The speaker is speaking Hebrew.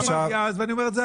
אמרתי אז ואני אומר את זה היום.